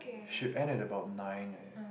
should end at about nine